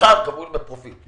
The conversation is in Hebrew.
שכר תלוי בפרופיל.